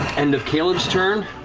end of caleb's turn,